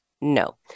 No